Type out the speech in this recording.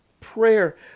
prayer